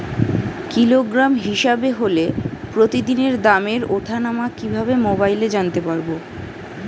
Kilogram হিসাবে হলে প্রতিদিনের দামের ওঠানামা কিভাবে মোবাইলে জানতে পারবো?